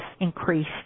increased